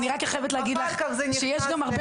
אני רק חייבת להגיד לך שיש גם הרבה